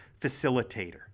facilitator